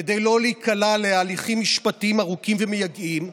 כדי לא להיקלע להליכים משפטיים ארוכים ומייגעים.